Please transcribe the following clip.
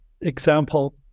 example